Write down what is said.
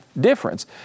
difference